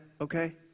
okay